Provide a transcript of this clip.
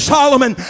Solomon